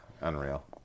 unreal